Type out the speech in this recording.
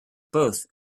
both